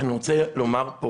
אני רוצה לומר פה